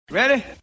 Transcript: Ready